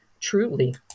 truly